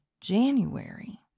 January